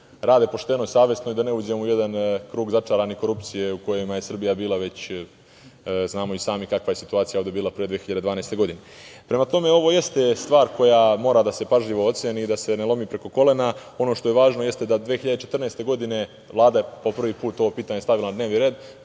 rade pošteno i savesno i da ne uđemo u jedan začarani krug korupcije, u kojima je Srbija bila, znamo i sami kakva je situacija ovde bila pre 2012. godine. Prema tome, ovo jeste stvar koja mora da se pažljivo oceni i da se ne lomi preko kolena. Ono što je važno jeste da 2014. godine je Vlada po prvi put ovo pitanje stavila na dnevni red.